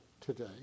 today